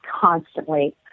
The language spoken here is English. constantly